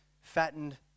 fattened